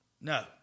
No